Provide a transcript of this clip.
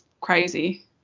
crazy